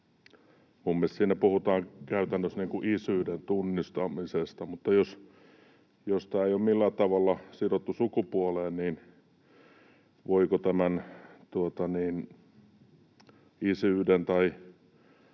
siinä puhutaan käytännössä isyyden tunnustamisesta, mutta jos tämä ei ole millään tavalla sidottu sukupuoleen, niin voiko tämän isyyden tai